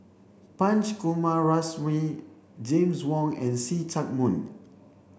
Punch Coomaraswamy James Wong and See Chak Mun